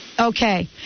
Okay